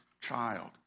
child